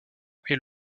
est